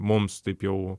mums taip jau